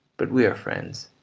but we are friends,